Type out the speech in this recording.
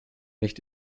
nicht